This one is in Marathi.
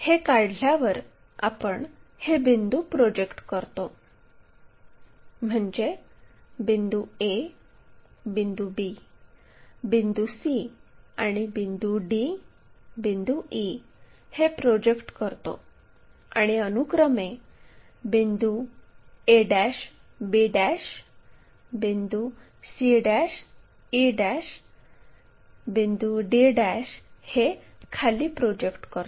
हे काढल्यावर आपण हे बिंदू प्रोजेक्ट करतो म्हणजे बिंदू a बिंदू b बिंदू c आणि बिंदू d बिंदू e हे प्रोजेक्ट करतो आणि अनुक्रमे बिंदू a b बिंदू c e बिंदू d हे खाली प्रोजेक्ट करतो